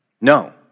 No